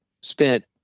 spent